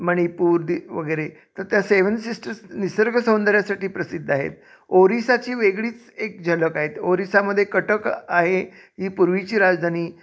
मणिपूर दि वगैरे तर त्या सेव्हन सिस्टर्स निसर्ग सौंदर्यासाठी प्रसिद्ध आहेत ओरिसाची वेगळीच एक झलक आहेत ओरिसामध्ये कटक आहे ही पूर्वीची राजधानी